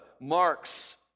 marks